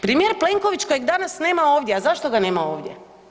Premijer Plenković kojeg danas nema ovdje, a zašto ga nema ovdje?